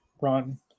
run